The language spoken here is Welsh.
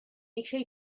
eisiau